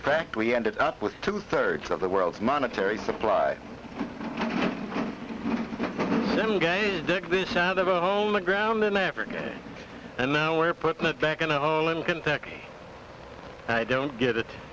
fact we ended up with two thirds of the world's monetary supply dig this out of a home the ground in africa and now we're putting it back in a hole in kentucky i don't get it